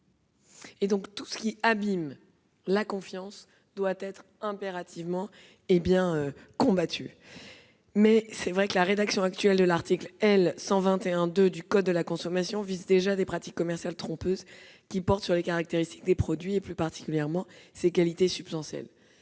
confiance. Tout ce qui abîme la confiance doit donc être combattu ! Toutefois, la rédaction actuelle de l'article L.121-2 du code de la consommation vise déjà des pratiques commerciales trompeuses qui portent sur les caractéristiques des produits, et plus particulièrement sur leurs qualités substantielles.